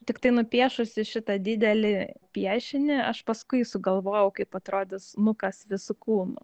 tiktai nupiešusi šitą didelį piešinį aš paskui sugalvojau kaip atrodys nukas visu kūnu